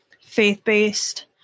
faith-based